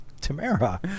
Tamara